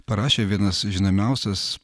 parašė vienas žinomiausias